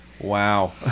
wow